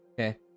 Okay